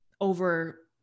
over